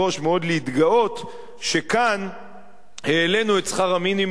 להתגאות מאוד שכאן העלינו את שכר המינימום גם